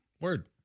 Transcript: Word